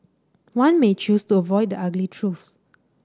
one may choose to avoid the ugly truths